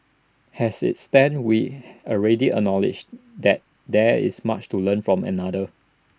as IT stands we already acknowledge that there is much to learn from others